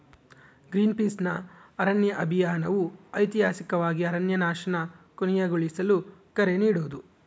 ಗ್ರೀನ್ಪೀಸ್ನ ಅರಣ್ಯ ಅಭಿಯಾನವು ಐತಿಹಾಸಿಕವಾಗಿ ಅರಣ್ಯನಾಶನ ಕೊನೆಗೊಳಿಸಲು ಕರೆ ನೀಡೋದು